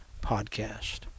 podcast